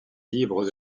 libres